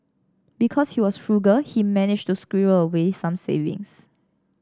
because he was frugal he managed to squirrel away some savings